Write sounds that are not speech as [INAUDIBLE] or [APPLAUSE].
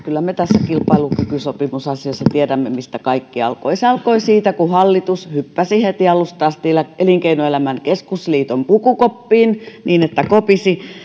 [UNINTELLIGIBLE] kyllä me tässä kilpailukykysopimusasiassa tiedämme mistä kaikki alkoi se alkoi siitä kun hallitus hyppäsi heti alusta asti elinkeinoelämän keskusliiton pukukoppiin niin että kopisi